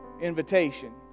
invitation